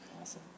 Awesome